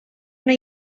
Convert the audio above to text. una